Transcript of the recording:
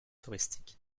touristique